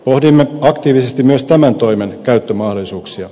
pohdimme aktiivisesti myös tämän toimen käyttömahdollisuuksia